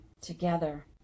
together